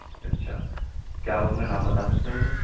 اچھا کیا آپ اپنا نام بتا سکتے ہیں مجھے